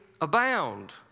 abound